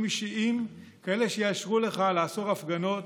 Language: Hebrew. אישיים כאלה שיאפשרו לך לאסור הפגנות,